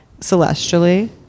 celestially